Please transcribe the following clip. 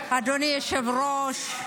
אדוני היושב-ראש,